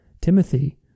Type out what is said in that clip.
Timothy